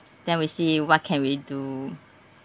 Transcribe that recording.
then we see what can we do